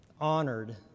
honored